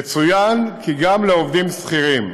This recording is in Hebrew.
יצוין כי גם לעובדים שכירים,